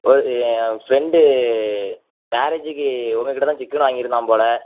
ஒரு ஃப்ரெண்டு மேரேஜுக்கு உங்கள் கிட்டே தான் சிக்கன் வாங்கியிருந்தான் போல்